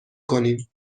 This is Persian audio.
کنیم